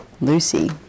Lucy